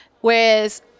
whereas